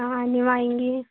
आं आनी वांयगी